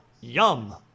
yum